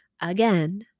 Again